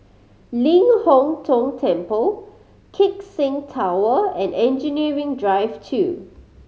Ling Hong Tong Temple Keck Seng Tower and Engineering Drive Two